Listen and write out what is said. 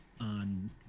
on